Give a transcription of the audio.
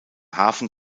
hafen